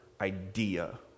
idea